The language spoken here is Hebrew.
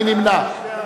מי נמנע?